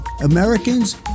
Americans